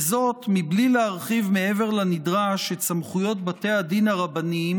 וזאת מבלי להרחיב מעבר לנדרש את סמכויות בתי הדין הרבניים